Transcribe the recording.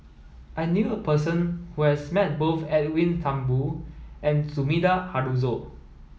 I knew a person who has met both Edwin Thumboo and Sumida Haruzo